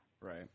Right